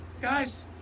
Guys